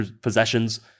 possessions